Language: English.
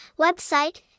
website